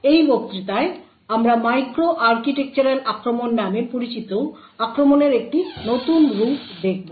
এই বক্তৃতায় আমরা মাইক্রো আর্কিটেকচারাল আক্রমণ নামে পরিচিত আক্রমণের একটি নতুন রূপ দেখব